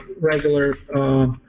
regular